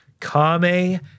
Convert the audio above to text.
Kame